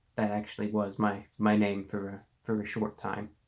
that actually was my my name for a very short time